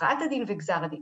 הכרעת הדין וגזר הדין,